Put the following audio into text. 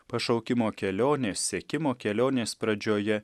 pašaukimo kelionė siekimo kelionės pradžioje